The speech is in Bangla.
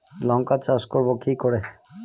লঙ্কা চাষ করব কি করে?